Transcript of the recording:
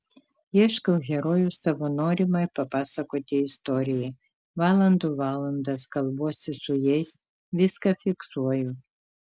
ieškau herojų savo norimai papasakoti istorijai valandų valandas kalbuosi su jais viską fiksuoju